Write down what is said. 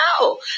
No